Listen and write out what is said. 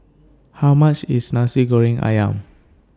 How much IS Nasi Goreng Ayam